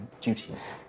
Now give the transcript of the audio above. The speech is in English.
duties